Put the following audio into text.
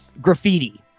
graffiti